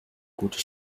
gute